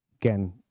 again